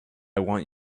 want